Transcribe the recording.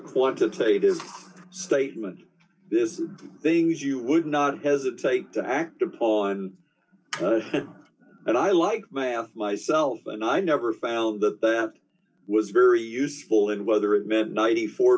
quantitative statement this is things you would not hesitate to act upon and i like math myself and i never found that it was d very useful d and whether it meant ninety four